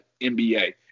NBA